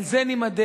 על זה נימדד,